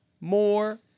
more